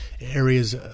areas